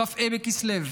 כ"ה בכסלו.